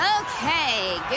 okay